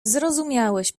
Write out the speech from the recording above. zrozumiałeś